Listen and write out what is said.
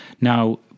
now